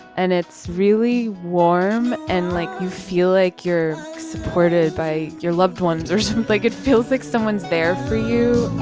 and it's really warm. and like, you feel like you're supported by your loved ones. there's like it feels like someone's there for you.